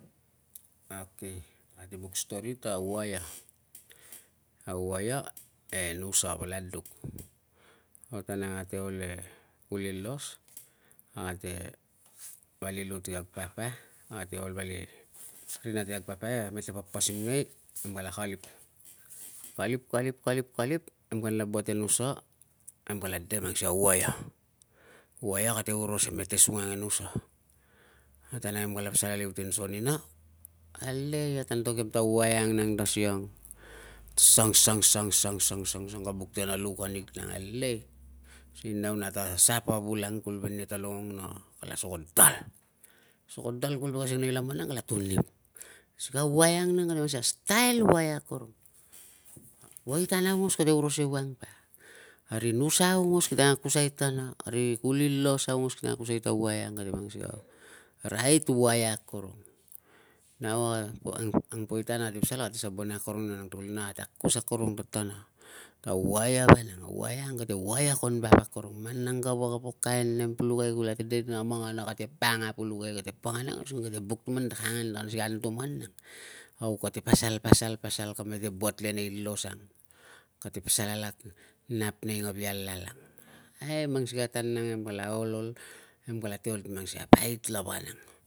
Akay ate buk story ta waia, a waia e nusa vala duk. A tan ang ate ol e kuli los, a kate vali lu ti kag papa ate ol vali rina ti kag papa e metepapasimnei nem kala kalip. Kalip, kalip, kalip, kalip nemkanla buat e nusa, nem kala de, vang sikei a waia. Waia kate oros e mete sung ang e nusa, na tan ang nem kala pasal aliu tin so nina, alei! Ata antok iam ta waia ang te siang, sang. sang. sang. sang. sang. sang. sang, ka buk ti kana luk anig nang alei! Si nau nata sap a vul ang, kuvul ve nia kate longong na kala soko dal! Soko dal kuvul velai ka siang nei laman ang kala tumlim. Sikei a waia ang kate mang sikei a style waia akorong. Poi tan aungos kate oros ewang, ari nusa aungos kite angkusai tatana, ri kuli los aungos kite angkusai ta waia ang kate mang sikai a rait waia akorong. Nau, a ang poi tan ate pasal ate sabonai akorong nina, tukulina ate akus akorong tatana, ta waia vanang. A waia ang kate waia kon vap akorong. Man nang ka wak a poi nem pulukai, kulate de nina na mangana kalate panga pulukai, kate panga using kate buk ta ka angan na sikai na anutuman nang. Au kate pasal, pasal, pasal, kamete buat le nei los ang, kate pasal alak nap nei ngavia lal ang. Ai mang sikei a tan nang nem kala ol, ol, nemte ol si mang sike a pait lava nang